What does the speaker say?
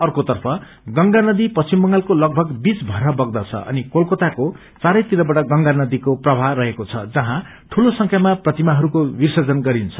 अर्कोतफ बंगा नदी पश्चिम बंगालको लगभग बीच भएर बग्दछ अनि कोलकाताको चारैतिरबाट गंगा दीको प्रवाह रहेको छ जहाँ दूलो संख्यामा प्रतिमाहरूको विर्सजन गरिन्छ